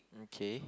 okay